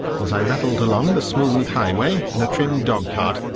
as i rattled along the smooth highway in a trim dog-cart,